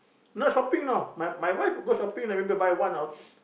no shopping you know my my wife would go shopping like maybe buy one or